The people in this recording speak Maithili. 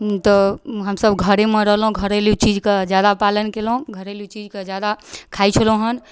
तऽ हमसब घरेमे रहलहुँ घरेलू चीजके जादा पालन केलहुँ घरेलू चीजके जादा खाइ छलहुँ हन